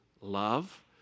love